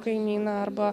kaimyną arba